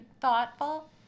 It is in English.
thoughtful